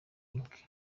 inc